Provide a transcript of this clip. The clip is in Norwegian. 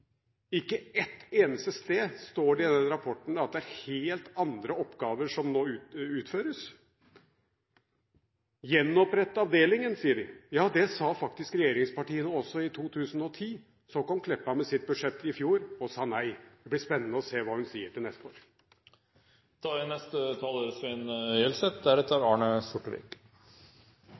Ikke ett eneste sted står det i denne rapporten at det er helt andre oppgaver som nå utføres. Gjenopprett avdelingen, sier de. Ja, det sa faktisk regjeringspartiene også i 2010. Så kom Meltveit Kleppa med sitt budsjett i fjor og sa nei. Det blir spennende å se hva hun sier neste